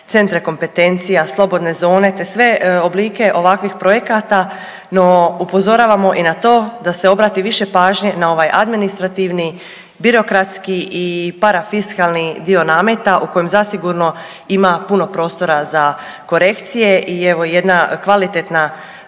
centra kompetencija, slobodne zone te sve oblike ovakvih projekata, no upozoravamo i na to da se obrati više pažnje na ovaj administrativni birokratski i parafiskalni dio nameta u kojem zasigurno ima puno prostora za korekcije i evo jedna kvalitetna